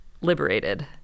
liberated